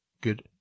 good